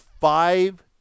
five